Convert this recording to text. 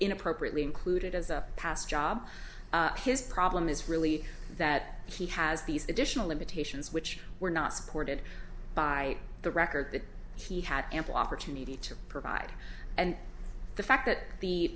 inappropriately included as a past job his problem is really that he has these additional limitations which were not supported by the record that he had ample opportunity to provide and the fact that the